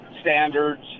standards